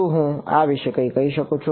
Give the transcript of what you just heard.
શું હું આ વિશે કંઈ કહી શકું